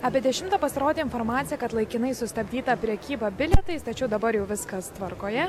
apie dešimtą pasirodė informacija kad laikinai sustabdyta prekyba bilietais tačiau dabar jau viskas tvarkoje